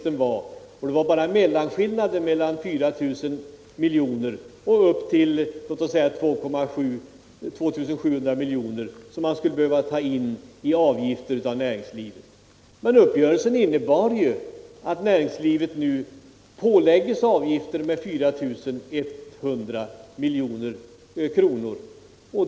Endast skillnaden mellan 4 miljarder och låt oss säga 2,7 miljarder kronor skulle behöva tas in i avgiftshöjningar. Uppgörelsen innebär som jag tidigare sagt att näringslivet nu påläggs avgifter med 4 100 milj.kr.